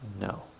no